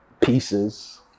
pieces